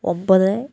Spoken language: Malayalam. ഒൻപത്